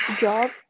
job